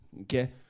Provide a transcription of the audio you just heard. Okay